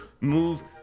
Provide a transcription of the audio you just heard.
move